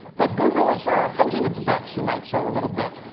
but google is hedging its bets, you might say, a little bit.